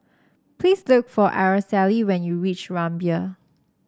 please look for Araceli when you reach Rumbia